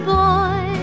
boy